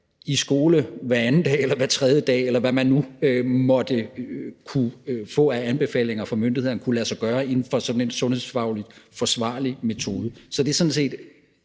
i skole hver anden dag eller hver tredje dag, eller hvad man nu måtte kunne få af anbefalinger fra myndighederne om, hvad der ville kunne lade sig gøre inden for sådan en sundhedsfagligt forsvarlig metode? Det er det,